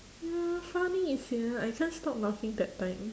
ya funny sia I can't stop laughing that time